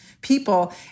people